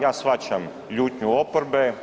Ja shvaćam ljutnju oporbe.